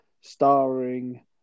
starring